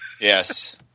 Yes